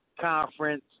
conference